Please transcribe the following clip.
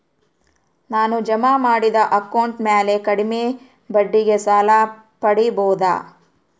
ನಾನು ಜಮಾ ಮಾಡಿದ ಅಕೌಂಟ್ ಮ್ಯಾಲೆ ಕಡಿಮೆ ಬಡ್ಡಿಗೆ ಸಾಲ ಪಡೇಬೋದಾ?